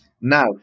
now